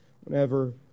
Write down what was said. whenever